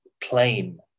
claim